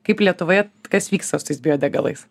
kaip lietuvoje kas vyksta su tais biodegalais